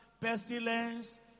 pestilence